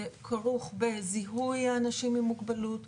זה כרוך בזיהוי האנשים עם המוגבלות,